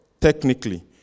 technically